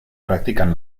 practican